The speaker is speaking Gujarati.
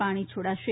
પાણી છોડાશે